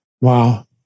Wow